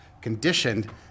conditioned